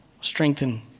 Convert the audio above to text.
strengthen